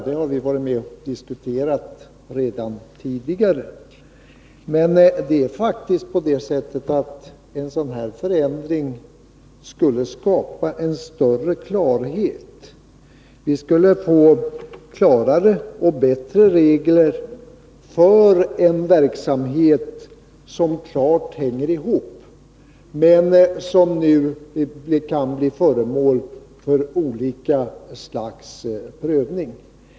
Det har vi varit med och diskuterat redan tidigare, men en sådan här förändring skulle faktiskt skapa större klarhet än vi nu har. Vi skulle få klarare och bättre regler för de olika leden i verksamheten, som klart hänger ihop men som nu kan bli föremål för olika slags prövningar.